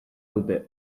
dute